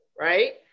right